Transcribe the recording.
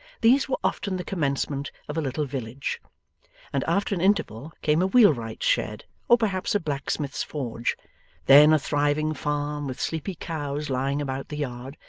these were often the commencement of a little village and after an interval came a wheelwright's shed or perhaps a blacksmith's forge then a thriving farm with sleepy cows lying about the yard,